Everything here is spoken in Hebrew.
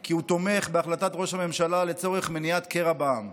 כי הוא תומך בהחלטת ראש הממשלה לצורך מניעת קרע בעם.